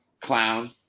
clown